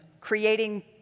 creating